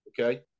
Okay